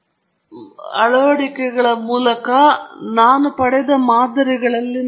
ಮತ್ತು ಮೂರು ನಾವು ಅಂದಾಜು ಮಾಡಲು ಬಯಸುವ ಪ್ರಕ್ರಿಯೆಯ ನಿರ್ಣಾಯಕ ಭಾಗದ ಒಳ್ಳೆಯತನವನ್ನು ಇದು ಪ್ರಭಾವಿಸುತ್ತದೆ